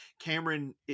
Cameron